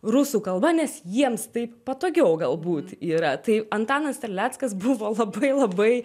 rusų kalba nes jiems taip patogiau galbūt yra tai antanas terleckas buvo labai labai